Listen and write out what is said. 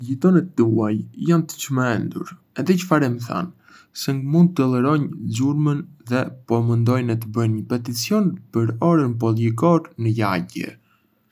Gjitonet tuaj janë të çmendur! E di çfarë më thanë? Se ngë mund të tolerojnë zhurmën dhe po mendojnë të bëjnë një peticion për orën policore në lagje.